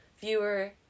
viewer